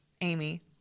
Amy